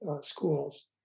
schools